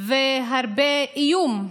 והרבה איום.